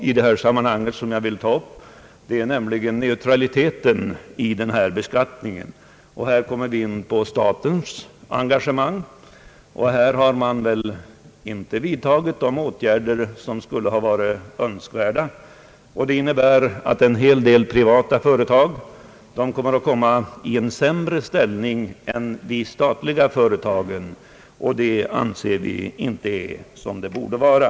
I detta sammanhang vill jag ta upp frågan om neutraliteten i denna beskattning, och här kommer vi in på statens engagemang. Man har väl inte vidtagit de åtgärder som hade varit önskvärda. Det innebär att en hel del privata företag kommer i sämre ställning än de statliga företagen, och det anser vi inte är som det borde vara.